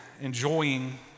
enjoying